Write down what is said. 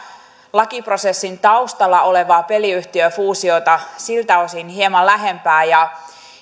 lakiprosessin taustalla olevaa peliyhtiöfuusiota siltä osin hieman lähempää ja